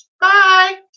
Bye